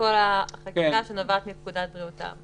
כלומר מכל החקיקה שנובעת מפקודת בריאות העם.